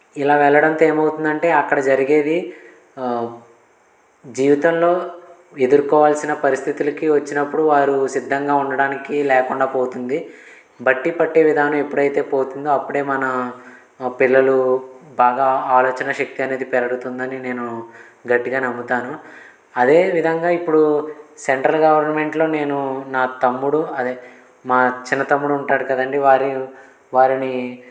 ఇలా వెళ్లడంతో ఏమవుతుందంటే అక్కడ జరిగేది జీవితంలో ఎదుర్కోవాల్సిన పరిస్థితులకి వచ్చినప్పుడు వారు సిద్ధంగా ఉండడానికి లేకుండా పోతుంది భట్టి పట్టే విధానం ఎప్పుడైతే పోతుందో అప్పుడే మన పిల్లలు బాగా ఆలోచన శక్తి అనేది పెరడుతుందని నేను గట్టిగా నమ్ముతాను అదే విధంగా ఇప్పుడు సెంట్రల్ గవర్నమెంట్లో నేను నా తమ్ముడు అదే మా చిన్న తమ్ముడు ఉంటాడు కదండీ వారి వారిని